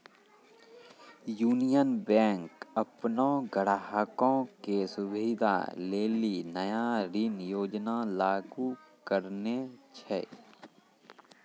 union Bank अपनो ग्राहको के सुविधा लेली नया ऋण योजना लागू करने छै